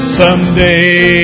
someday